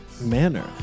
manner